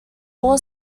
all